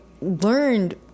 learned